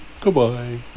Goodbye